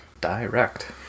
direct